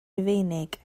rufeinig